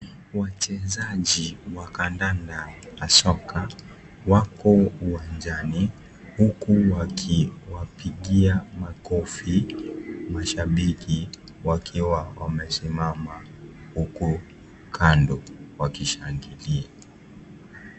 Wachezaji wa kandanda na soka awako uwanjani huku wakiwapigia makofi mashabiki wakiwa wamesimama huku kando wakishangilia.